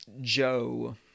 Joe